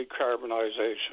decarbonization